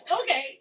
okay